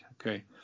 okay